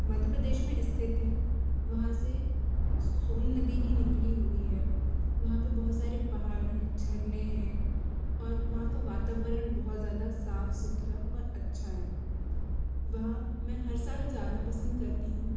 मध्य प्रदेश में स्थित है वहाँ से सोन नदी भी निकली हुई है वहाँ पे बहुत सारे पहाड़ हैं झरने हैं और वहाँ का वातावरण बहुत ज़्यादा साफ सुथरा और अच्छा है वहाँ मैं हर साल जाना पसंद करती हूँ